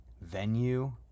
venue